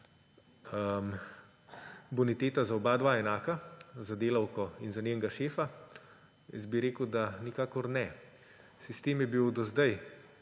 boniteta za oba enaka, za delavko in za njenega šefa? Jaz bi rekel, da nikakor ne. Sistem je bil do zdaj